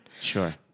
Sure